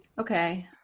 okay